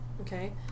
Okay